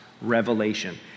revelation